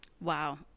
Wow